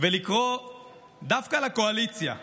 ולקרוא דווקא לקואליציה להתעורר,